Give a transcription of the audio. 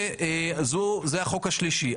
זה החוק השלישי.